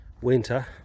winter